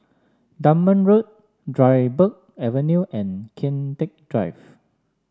Dunman Road Dryburgh Avenue and Kian Teck Drive